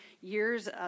years